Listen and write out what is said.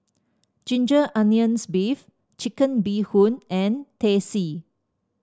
Ginger Onions beef Chicken Bee Hoon and Teh C